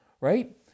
right